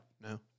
No